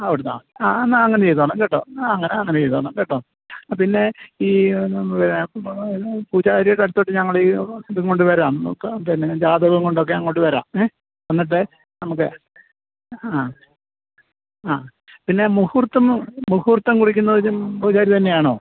ആ കൊടുത്താൽ മതി ആ എന്നാൽ അങ്ങനെ ചെയ്തോളാം കേട്ടോ എന്നാൽ അങ്ങനെ അങ്ങനെ ചെയ്തോളാം കേട്ടോ ആ പിന്നെ ഈ പിന്നെ പൂജാരിയുടെ അടുത്തോട്ട് ഞങ്ങളീ ഇതും കൊണ്ട് വരാം നോക്കാം പിന്നെ ജാതകവും കൊണ്ടൊക്കെ അങ്ങോട്ട് വരാം ഏഹ് വന്നിട്ട് നമുക്ക് ആ ആ പിന്നെ മുഹൂർത്തമും മുഹൂർത്തം കുറിക്കുന്നതിനും പൂജാരി തന്നെയാണോ